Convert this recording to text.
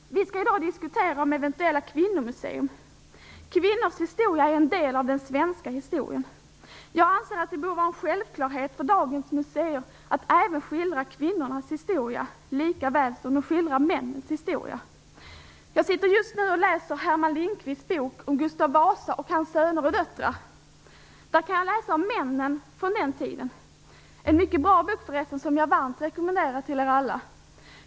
Vi skall i dag diskutera eventuella kvinnomuseer. Kvinnors historia är en del av den svenska historien. Jag anser att det bör vara en självklarhet för dagens museer att även skildra kvinnornas historia, likaväl som de skildrar männens historia. Jag läser just nu Herman Lindqvists bok om Gustav Vasa och hans söner och döttrar. Där kan jag läsa om männen från den tiden. Det är förresten en mycket bra bok, som jag varmt rekommenderar er alla.